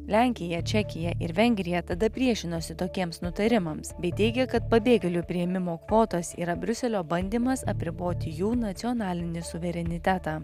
lenkija čekija ir vengrija tada priešinosi tokiems nutarimams bei teigia kad pabėgėlių priėmimo kvotos yra briuselio bandymas apriboti jų nacionalinį suverenitetą